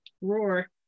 roar